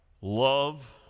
love